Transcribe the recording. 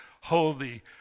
holy